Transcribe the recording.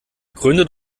gründet